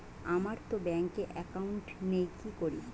আমারতো ব্যাংকে একাউন্ট নেই কি করি?